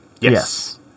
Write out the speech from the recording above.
Yes